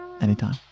Anytime